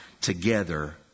together